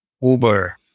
Uber